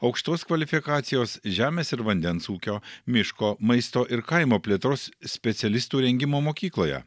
aukštos kvalifikacijos žemės ir vandens ūkio miško maisto ir kaimo plėtros specialistų rengimą mokykloje